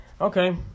Okay